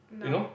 you know